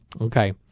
Okay